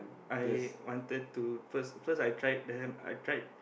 I wanted to first first I tried the ham I tried